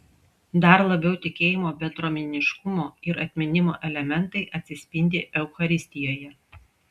dar labiau tikėjimo bendruomeniškumo ir atminimo elementai atsispindi eucharistijoje